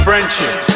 Friendship